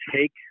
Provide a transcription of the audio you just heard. take